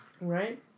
Right